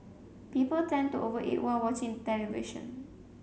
people tend to over eat while watching the television